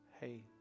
Hey